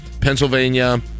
Pennsylvania